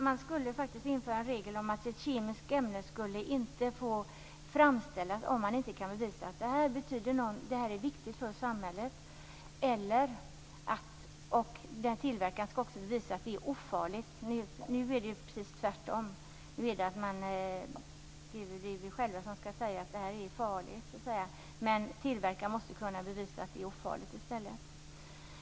Man skulle faktiskt införa en regel om att ett kemiskt ämne inte skulle få framställas om man inte kan bevisa att det är viktigt för samhället. Tillverkaren skall också bevisa att det är ofarligt. Nu är det precis tvärtom. Nu är det vi själva som skall säga att det är farligt. Tillverkaren måste kunna bevisa att det är ofarligt i stället.